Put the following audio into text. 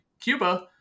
Cuba